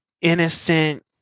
innocent